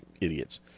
idiots